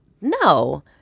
No